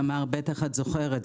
תמר, את בטח זוכרת.